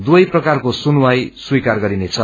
दुवै प्रकारले सुनवाई स्वीकार गरिनेछ